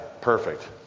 perfect